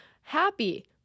happy